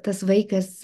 tas vaikas